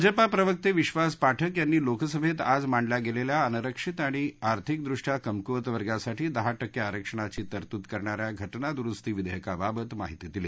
भाजपा प्रवक्ते विश्वास पाठक यांनी लोकसभेत आज मांडल्या गेलेल्या अनारक्षित आणि अर्थिकदृष्टया कमक्वत वर्गासाठी दहा टक्के आरक्षणाची तरतूद करणा या घटना द्रुस्ती विधेयकाबाबत माहिती दिली